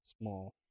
small